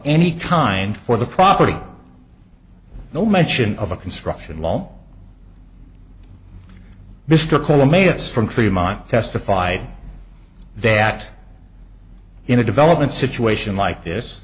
any kind for the property no mention of a construction lol mr cole made us from tree mine testified that in a development situation like this